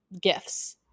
gifts